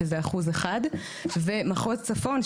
שזה 1%. ומחוז צפון,